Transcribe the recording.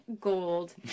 gold